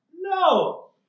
No